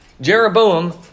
Jeroboam